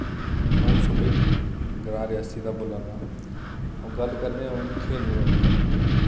अ'ऊं सुमित ग्रां रआसी दा बोल्ला ना अ 'ऊं गल्ल करनेआं हुन खेलने उप्पर